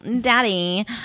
Daddy